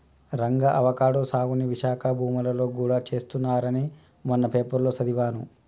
Ranga avocado సాగుని విశాఖ భూములలో గూడా చేస్తున్నారని మొన్న పేపర్లో సదివాను